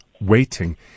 waiting